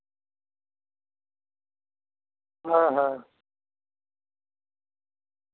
ᱦᱩᱸ ᱦᱩᱸ